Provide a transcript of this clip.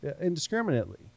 indiscriminately